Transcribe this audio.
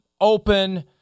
open